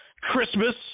Christmas